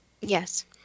Yes